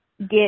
get